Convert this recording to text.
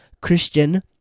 Christian